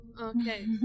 Okay